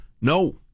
No